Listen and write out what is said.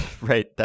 right